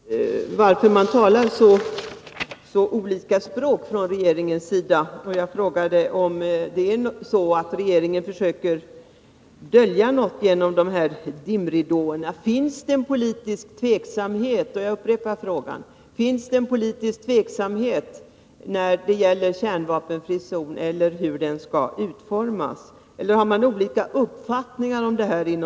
Nr 31 Herr talman! Jag frågade utrikesministern varför man inom regeringen Måndagen den talar så olika språk och undrade om regeringen försöker dölja någonting med 722 november 1982 hjälp av dimridåerna. Jag upprepar frågan: Finns det en politisk tveksamhet när det gäller den kärnvapenfria zonen, t.ex. om hur den skall utformas, Om Sveriges ageeller har man olika uppfattningar inom socialdemokratin?